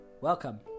welcome